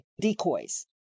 decoys